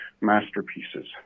masterpieces